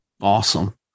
Awesome